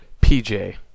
PJ